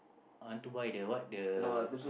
I want to buy the what the